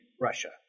Russia